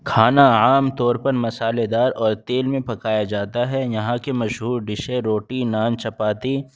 کھانا عام طور پر مصالحے دار اور تیل میں پکایا جاتا ہے یہاں کے مشہور ڈشیں روٹی نان چپاتی